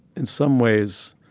in some ways,